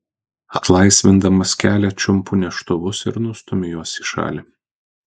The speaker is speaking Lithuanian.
atlaisvindamas kelią čiumpu neštuvus ir nustumiu juos į šalį